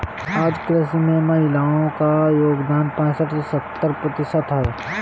आज कृषि में महिलाओ का योगदान पैसठ से सत्तर प्रतिशत है